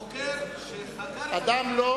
חוקר שחקר את המקרה,